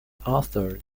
authored